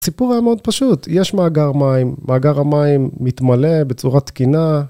סיפור היה מאוד פשוט, יש מאגר מים, מאגר המים מתמלא בצורת תקינה